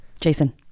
Jason